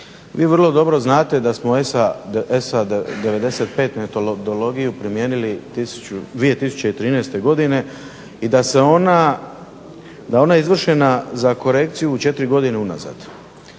Vi vrlo dobro znate da smo ESA 95. metodologiju primijenili 2013. godine i da se ona, da je ona izvršena za korekciju četiri godine unazad.